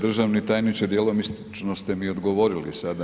Državni tajniče, djelomično ste mi odgovorili sada.